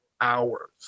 hours